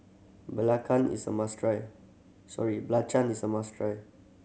belacan is a must try sorry is a must try